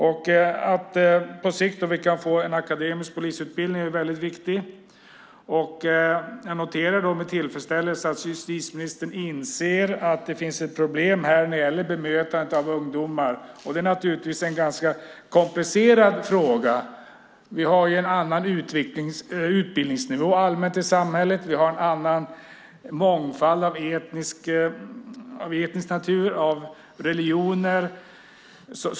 Att vi på sikt kan få en akademisk polisutbildning är väldigt viktigt. Jag noterar med tillfredställelse att justitieministern inser att det finns ett problem när det gäller bemötandet av ungdomar. Det är naturligtvis en ganska komplicerad fråga. Vi har en annan utbildningsnivå rent allmänt i samhället, och vi har etnisk mångfald och många religioner.